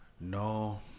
No